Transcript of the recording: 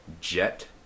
Jet